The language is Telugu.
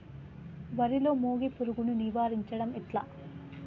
వరిలో మోగి పురుగును నివారించడం ఎట్లా?